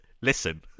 listen